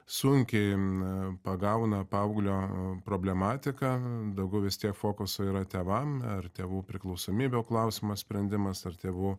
sunkiai n pagauna paauglio problematiką daugiau vistiek fokuso yra tėvam ar tėvų priklausomybių klausimas sprendimas ar tėvų